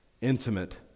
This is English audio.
Intimate